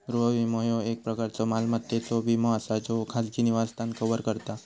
गृह विमो, ह्यो एक प्रकारचो मालमत्तेचो विमो असा ज्यो खाजगी निवासस्थान कव्हर करता